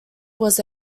was